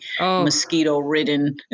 mosquito-ridden